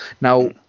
Now